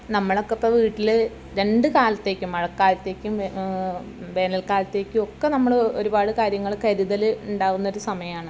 നമ്മളൊക്കെ ഇപ്പോൾ വീട്ടിൽ രണ്ട് കാലത്തേക്കും മഴക്കാലത്തേക്കും വേനൽകാലത്തേയ്ക്കുമൊക്കെ നമ്മൾ ഒരുപാട് കാര്യങ്ങൾ കരുതൽ ഉണ്ടാകുന്നൊരു സമയമാണ്